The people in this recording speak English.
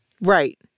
Right